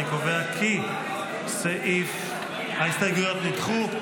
אני קובע כי ההסתייגויות נדחו.